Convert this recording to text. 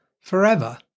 forever